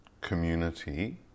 community